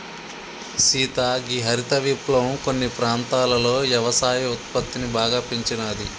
సీత గీ హరిత విప్లవం కొన్ని ప్రాంతాలలో యవసాయ ఉత్పత్తిని బాగా పెంచినాది